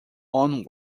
own